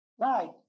Right